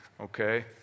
okay